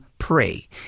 pray